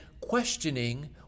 questioning